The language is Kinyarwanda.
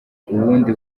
ubundi